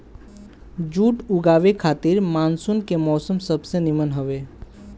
जुट उगावे खातिर मानसून के मौसम सबसे निमन हवे